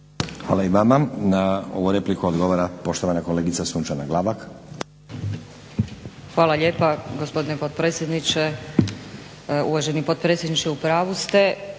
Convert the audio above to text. Hvala i vama. Na ovu repliku odgovara poštovana kolegica Sunčana Glavak. **Glavak, Sunčana (HDZ)** Hvala lijepa gospodine potpredsjedniče. Uvaženi potpredsjedniče u pravu ste